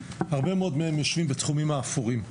הרבה מהם יושבים בתחומים האפורים.